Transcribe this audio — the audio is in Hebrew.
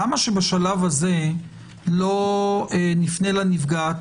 למה שבשלב הזה לא נפנה לנפגעת?